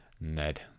Ned